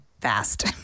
fast